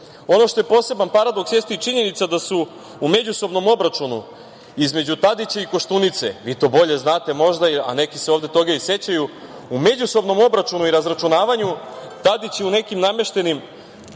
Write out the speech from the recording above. Ono što je poseban paradoks jeste i činjenica da su u međusobnom obračunu između Tadića i Koštunice, vi to bolje znate možda, a neki se ovde toga i sećaju, u međusobnom obračunu i razračunavanju Tadić je u nekim nameštenim